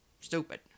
stupid